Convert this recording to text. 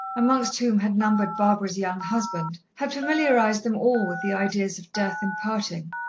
amongst whom had numbered barbara's young husband, had familiarized them all with the ideas of death and parting,